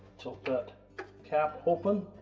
tilt that cap open,